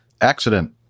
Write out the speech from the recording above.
Accident